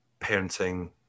parenting